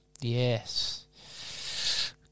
Yes